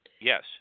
Yes